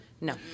No